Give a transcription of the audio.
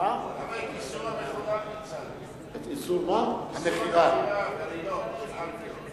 למה פיצלתם את איסור המכירה בלילות, של אלכוהול?